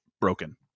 broken